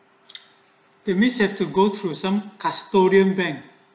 that means you have to go through some custodian bank